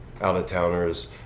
out-of-towners